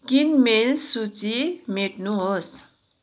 किनमेल सूची मेट्नुहोस्